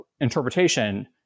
interpretation